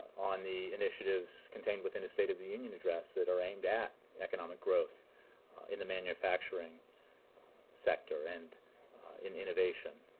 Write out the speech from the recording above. on the initiatives contained within his state of the union address that are aimed at economic growth in the manufacturing sector and in innovation.